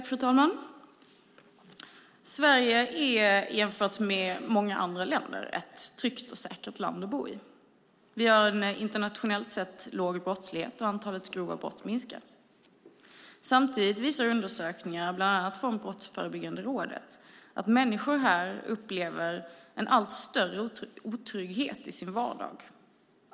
Fru talman! Sverige är, jämfört med många andra länder, ett tryggt och säkert land att bo i. Vi har en internationellt sett låg brottslighet, och antalet grova brott minskar. Samtidigt visar undersökningar från bland annat Brottsförebyggande rådet att människor här upplever en allt större otrygghet i sin vardag.